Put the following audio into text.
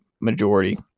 majority